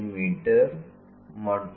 me மற்றும் V